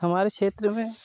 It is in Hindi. हमारे क्षेत्र में